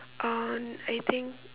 on I think